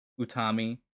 Utami